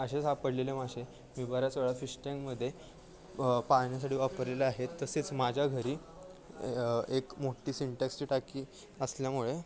असे सापडलेले मासे मी बऱ्याच वेळा फिश टँकमध्ये पाहण्यासाठी वापरलेल्या आहेत तसेच माझ्या घरी एक मोठी सिंटेक्सची टाकी असल्यामुळे